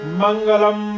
mangalam